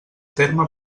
terme